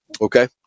okay